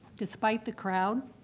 despite the crowd,